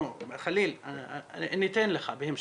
אני אתן לך בהמשך.